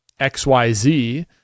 XYZ